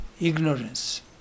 ignorance